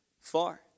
far